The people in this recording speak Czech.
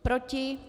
Proti?